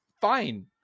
fine